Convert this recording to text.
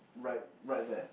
right right there